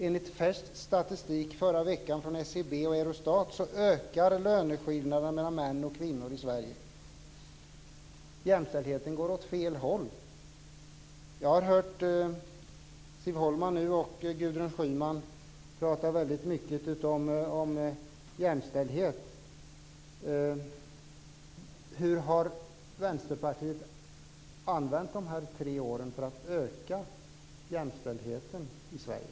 Enligt färsk statistik från SCB och Eurostat förra veckan ökar löneskillnaderna mellan män och kvinnor i Sverige. Jämställdheten går åt fel håll. Jag har hört Siv Holma och Gudrun Schyman prata väldigt mycket om jämställdhet. Hur har Vänsterpartiet använt de här tre åren för att öka jämställdheten i Sverige?